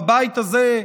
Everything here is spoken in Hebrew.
בבית הזה,